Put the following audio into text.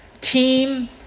team